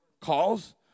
calls